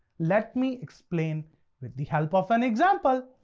let me explain with the help of an example,